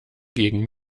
gegen